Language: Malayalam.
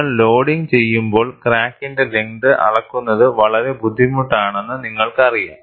നിങ്ങൾ ലോഡിംഗ് ചെയ്യുമ്പോൾ ക്രാക്കിന്റെ ലെങ്ത് അളക്കുന്നത് വളരെ ബുദ്ധിമുട്ടാണെന്ന് നിങ്ങൾക്കറിയാം